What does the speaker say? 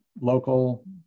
local